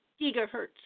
gigahertz